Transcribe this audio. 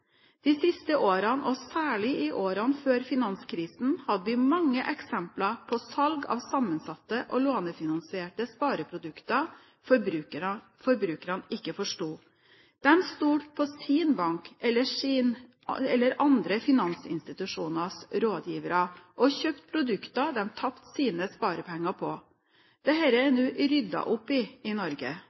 De siste årene, og særlig i årene før finanskrisen, hadde vi mange eksempler på salg av sammensatte og lånefinansierte spareprodukter forbrukerne ikke forsto. De stolte på sin bank eller andre finansinstitusjoners rådgivere, og kjøpte produkter de tapte sine sparepenger på. Dette er det nå ryddet opp i i Norge,